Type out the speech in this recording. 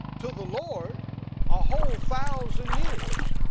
to the lord a whole thousand years